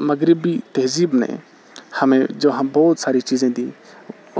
مغربی تہذیب نے ہمیں جہاں بہت ساری چیزیں دیں